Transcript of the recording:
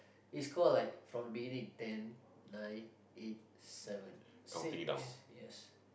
it's call like from the beginning ten nine eight seven six yes